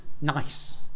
nice